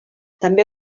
també